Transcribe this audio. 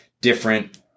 different